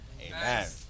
Amen